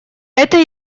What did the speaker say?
это